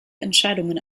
entscheidungen